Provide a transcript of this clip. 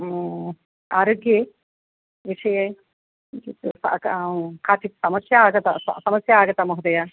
आरोग्ये विषये किञ्चित् काचित् समस्या आगता समस्या आगता महोदय